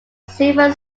silver